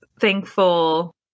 thankful